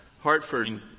Hartford